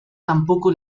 tampoco